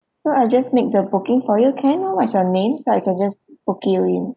so I'll just make the booking for you can I know what is your name so I can just book you in